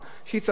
לא הוסיפו עליה,